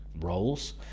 roles